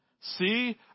See